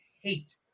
hate